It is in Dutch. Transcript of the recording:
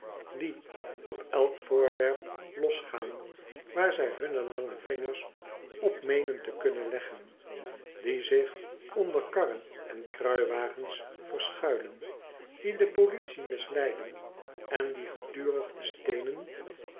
die op elk voorwerp losgaan waar zij hunne lange vingers op meenen te kunnen leggen die zich onder karren en kruiwagens verschuilen die de politie misleiden en die gedurig de steenen